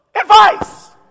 advice